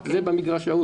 זה במגרש שלו,